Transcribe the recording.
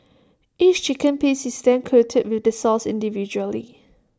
each chicken piece is then coated with the sauce individually